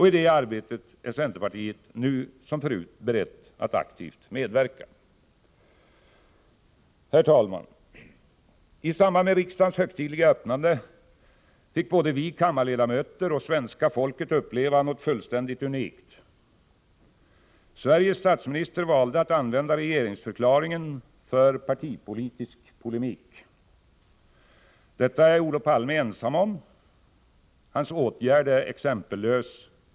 I det arbetet är centerpartiet nu som förut berett att aktivt medverka. Herr talman! I samband med riksdagens högtidliga öppnande fick både vi kammarledamöter och svenska folket uppleva något fullständigt unikt: Sveriges statsminister valde att använda regeringsförklaringen för partipolitisk polemik. Detta är Olof Palme ensam om. Hans åtgärd är exempellös.